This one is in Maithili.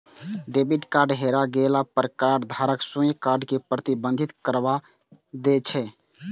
डेबिट कार्ड हेरा गेला पर कार्डधारक स्वयं कार्ड कें प्रतिबंधित करबा दै छै